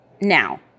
now